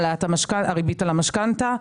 העלאת הריבית על המשכנתה,